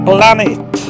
Planet